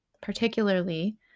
particularly